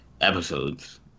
episodes